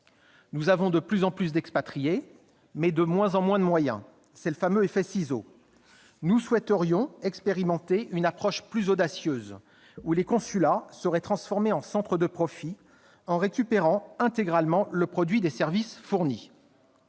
Nous avons de plus en plus d'expatriés, mais de moins en moins de moyens, c'est le fameux effet ciseaux. Nous souhaiterions expérimenter une approche plus audacieuse, au terme de laquelle les consulats seraient transformés en centres de profit la récupération intégrale du produit des services fournis.